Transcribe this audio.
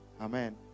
Amen